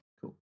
Cool